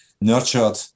nurtured